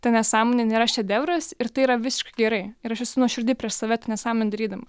ta nesąmonė nėra šedevras ir tai yra visiškai gerai ir aš esu nuoširdi prieš save tą nesąmonę darydama